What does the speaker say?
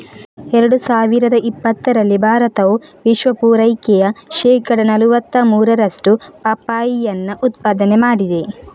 ಎರಡು ಸಾವಿರದ ಇಪ್ಪತ್ತರಲ್ಲಿ ಭಾರತವು ವಿಶ್ವ ಪೂರೈಕೆಯ ಶೇಕಡಾ ನಲುವತ್ತ ಮೂರರಷ್ಟು ಪಪ್ಪಾಯಿಯನ್ನ ಉತ್ಪಾದನೆ ಮಾಡಿದೆ